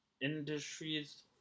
industries